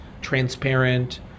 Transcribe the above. transparent